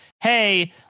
hey